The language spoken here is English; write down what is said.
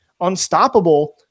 unstoppable